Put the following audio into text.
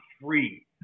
free